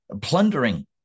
plundering